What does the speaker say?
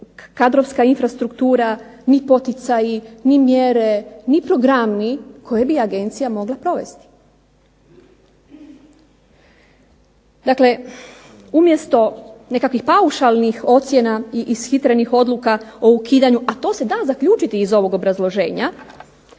kadrovska infrastruktura, ni poticaji, ni mjere, ni programi koje bi agencija mogla provesti. Dakle umjesto nekakvih paušalnih ocjena i ishitrenih odluka o ukidanju, a to se da zaključiti iz ovog obrazloženja